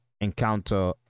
encounter